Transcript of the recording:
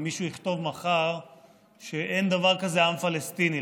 אם מישהו יכתוב מחר שאין דבר כזה עם פלסטיני,